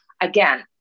again